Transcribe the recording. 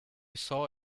saw